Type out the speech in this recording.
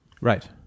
Right